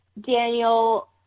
daniel